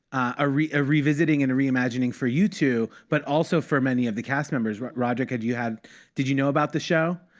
ah a revisiting and a re-imagining for you two, but also for many of the cast members. rodrick, had you had did you know about the show?